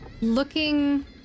Looking